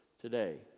today